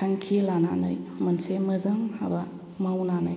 थांखि लानानै मोनसे मोजां हाबा मावनानै